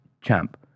champ